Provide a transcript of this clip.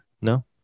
no